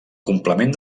complement